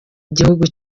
gihugu